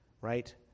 right